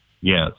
yes